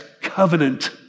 covenant